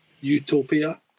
utopia